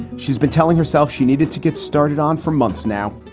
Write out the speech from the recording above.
she's been telling herself she needed to get started on four months now.